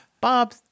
Bob